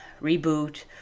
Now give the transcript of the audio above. reboot